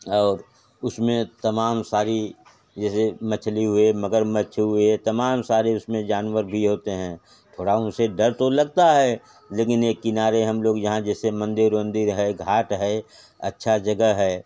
और उसमें तमाम सारी जैसे मछली हुए मगरमच्छ हुए तमान सारे उसमें जानवर भी होते हैं थोड़ा उन से डर तो लगता है लेकिन एक किनारे हम लोग जहाँ जैसे मंदिर वंदिर है घाट है अच्छी जगह है